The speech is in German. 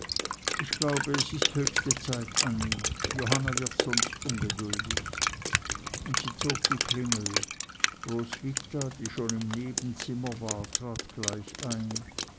ich glaube es ist die höchste zeit annie johanna wird sonst ungeduldig und sie zog die klingel roswitha die schon im nebenzimmer war trat gleich ein